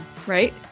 Right